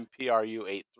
MPRU83